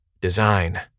design